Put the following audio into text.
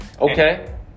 okay